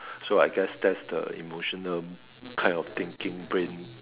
so I guess that's the emotional kind of thinking brain